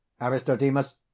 aristodemus